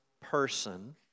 person